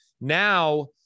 Now